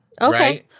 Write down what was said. Okay